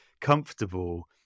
comfortable